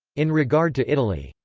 in regard to italy,